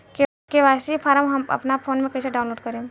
KYC form अपना phone मे कइसे डाऊनलोड करेम?